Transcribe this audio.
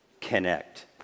connect